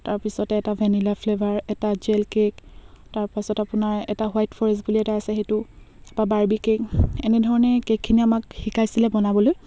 তাৰপিছতে এটা vanilla flavour এটা জেল কে'ক তাৰপাছত আপোনাৰ এটা হোৱাইট ফৰেষ্ট বুলি এটা আছে সেইটো বা বাৰ্বি কে'ক এনেধৰণে কে'কখিনি আমাক শিকাইছিলে বনাবলৈ